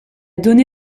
donné